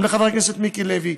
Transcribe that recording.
גם לחבר הכנסת מיקי לוי,